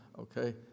okay